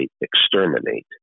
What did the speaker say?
exterminate